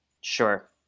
Sure